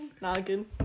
Noggin